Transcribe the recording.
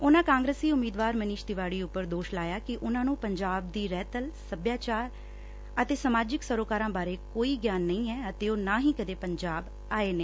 ਉਨੂਾ ਕਾਗਰਸੀ ਉਮੀਦਵਾਰ ਮਨੀਸ਼ ਤਿਵਾਡੀ ਉਪਰ ਦੋਸ਼ ਲਾਇਆ ਕਿ ਉਨੁਾ ਨੂੰ ਪੰਜਾਬ ਦੀ ਰਹਿਤਲ ਸਭਿਆਚਾਰ ਅਤੇ ਸਮਾਜਿਕ ਸਰੋਕਾਰਾਂ ਬਾਰੇ ਕੋਈ ਗਿਆਨ ਨਹੀਂ ਐ ਅਤੇ ਉਹ ਨਾ ਹੀ ਕਦੇ ਪੰਜਾਬ ਆਏ ਨੇ